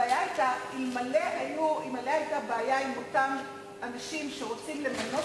הבעיה היתה: אלמלא היתה בעיה עם אותם אנשים שרוצים למנות,